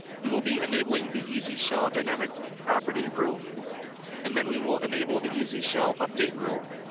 we will be enabling the easy shell dynamic property rule and then we will enable the easy shell update rule,